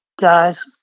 guys